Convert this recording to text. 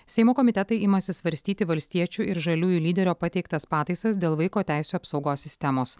seimo komitetai imasi svarstyti valstiečių ir žaliųjų lyderio pateiktas pataisas dėl vaiko teisių apsaugos sistemos